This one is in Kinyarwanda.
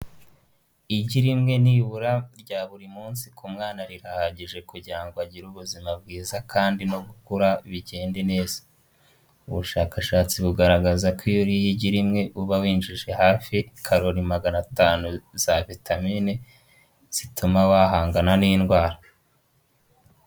Igi rimwe nibura rya buri munsi ku mwana rihagije kugira ngo agire ubuzima bwiza kandi no gukura bigende neza, ubushakashatsi bugaragaza ko iyo uriye igi rimwe uba winjije hafi karori magana atanu za vitamine zituma wahangana n'indwara.